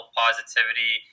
positivity